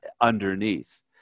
underneath